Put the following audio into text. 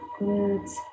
glutes